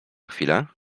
chwilę